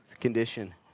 condition